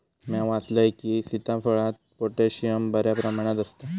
म्या वाचलंय की, सीताफळात पोटॅशियम बऱ्या प्रमाणात आसता